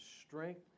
strength